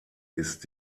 ist